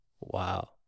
wow